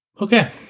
Okay